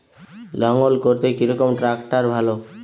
লাঙ্গল করতে কি রকম ট্রাকটার ভালো?